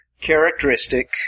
characteristic